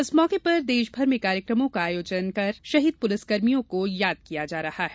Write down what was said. इस मौके पर देशमर में कार्यकमों का आयोजन कर शहीद पुलिसकर्मियों को याद किया जा रहा है